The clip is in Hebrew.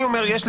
יש לי